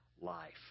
life